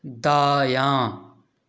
دایاں